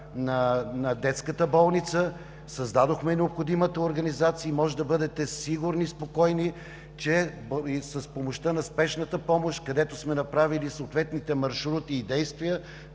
на Детската болница. Създадохме необходимата организация и можете да бъдете сигурни и спокойни, че с помощта на Спешната помощ, където сме направили съответните маршрути и действия,